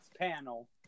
panel